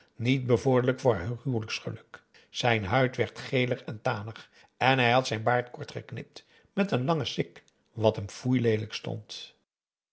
niet bevorderlijk voor haar huwelijksgeluk zijn huid werd geler en tanig en hij had zijn baard kort geknipt met een langen sik wat hem foeileelijk stond